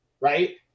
right